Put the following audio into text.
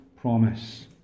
promise